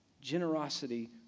Generosity